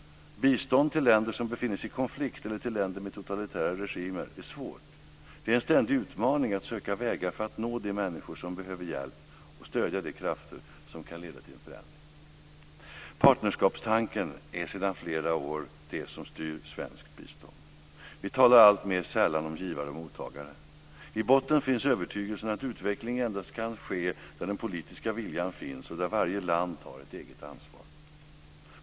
Bistånd till länder som befinner sig i konflikt eller till länder med totalitära regimer är svårt. Det är en ständig utmaning att söka vägar för att nå de människor som behöver hjälp och stödja de krafter som kan leda till förändring. Partnerskapstanken är sedan flera år det som styr svenskt bistånd. Vi talar alltmer sällan om givare och mottagare. I botten finns övertygelsen att utveckling endast kan ske där den politiska viljan finns och där varje land tar ett eget ansvar.